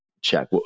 check